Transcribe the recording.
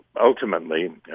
ultimately